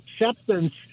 acceptance